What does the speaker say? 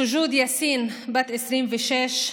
סג'וד יאסין, בת 26,